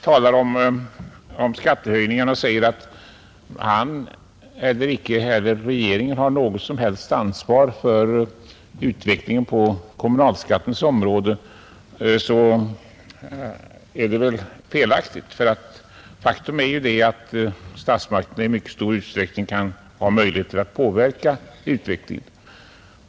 Vad sedan skattehöjningarna beträffar sade herr Brandt att varken han eller regeringen har något ansvar för utvecklingen på kommunalskattens område. Det torde vara fel. Faktum är ju att statsmakterna har möjligheter att i mycket stor utsträckning påverka utvecklingen.